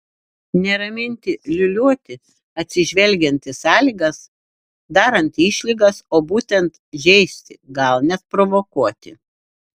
ne raminti liūliuoti atsižvelgiant į sąlygas darant išlygas o būtent žeisti gal net provokuoti